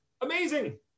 Amazing